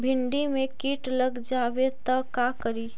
भिन्डी मे किट लग जाबे त का करि?